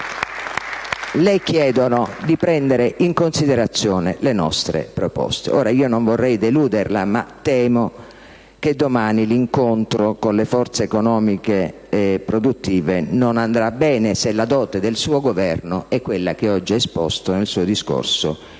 anni le chiedono di prendere in considerazione le nostre proposte. Ora io non vorrei deluderla, ma temo che domani l'incontro con le forze economiche e produttive non andrà bene se la dote del suo Governo è quella che oggi ha esposto nel suo discorso